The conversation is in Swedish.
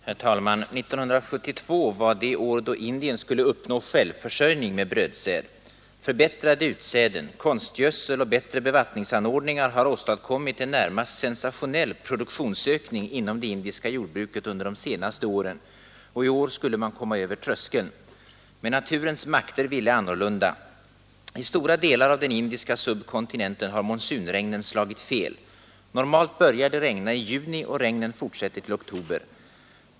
Herr talman! 1972 var det år då Indien skulle uppnå självförsörjning med brödsäd. Förbättrade utsäden, konstgödsel och bättre bevattningsanordningar har åstadkommit en närmast sensationell produktionsökning inom det indiska jordbruket under de senaste åren, och i år skulle man komma över tröskeln. Men naturens makter ville annorlunda. I stora delar av den indiska subkontinenten har monsunregnen slagit fel. Normalt börjar det regna i juni, och regnen fortsätter till oktober.